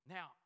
Now